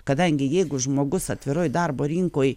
kadangi jeigu žmogus atviroj darbo rinkoj